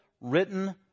written